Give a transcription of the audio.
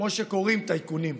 כמו שקוראים,"טייקונים".